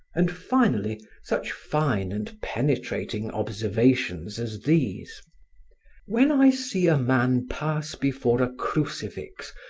and, finally, such fine and penetrating observations as these when i see a man pass before a crucifix,